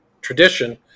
tradition